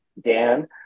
Dan